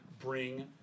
bring